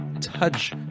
touch